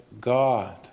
God